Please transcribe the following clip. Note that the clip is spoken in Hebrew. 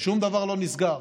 שום דבר לא נסגר.